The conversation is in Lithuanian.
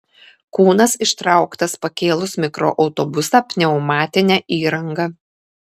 kūnas ištrauktas pakėlus mikroautobusą pneumatine įranga